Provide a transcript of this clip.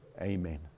Amen